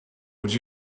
would